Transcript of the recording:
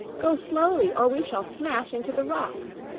go slowly, or we shall smash into the rocks.